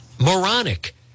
moronic